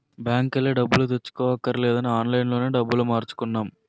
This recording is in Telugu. బాంకెల్లి డబ్బులు తెచ్చుకోవక్కర్లేదని ఆన్లైన్ లోనే డబ్బులు మార్చుకున్నాం